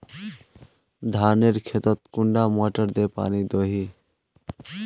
धानेर खेतोत कुंडा मोटर दे पानी दोही?